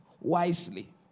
wisely